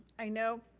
i know.